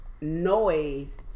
noise